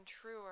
truer